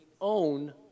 own